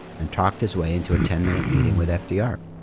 and talked his way into a ten minute meeting with fdr.